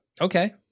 Okay